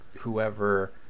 whoever